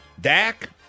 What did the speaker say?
Dak